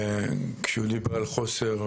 כשהוא דיבר על חוסר,